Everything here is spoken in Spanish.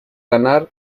ganar